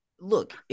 Look